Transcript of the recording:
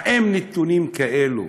האם נתונים כאלו